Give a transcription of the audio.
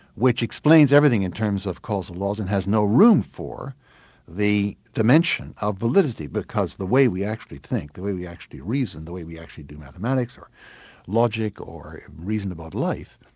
which explains everything in terms of causal laws and has no room for the dimension of validity, because the way we actually think, the way we actually reason, the way we actually do mathematics or logic or reason about life,